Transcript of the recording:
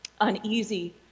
uneasy